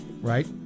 right